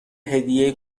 هدیه